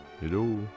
Hello